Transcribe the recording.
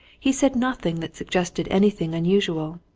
he said nothing that suggested anything unusual.